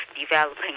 developing